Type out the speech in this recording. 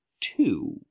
two